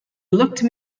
looked